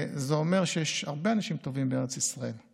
זה אומר שיש הרבה אנשים טובים בארץ ישראל.